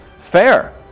Fair